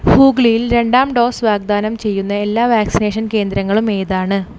ഹൂഗ്ലിയിൽ രണ്ടാം ഡോസ് വാഗ്ദാനം ചെയ്യുന്ന എല്ലാ വാക്സിനേഷൻ കേന്ദ്രങ്ങളും ഏതാണ്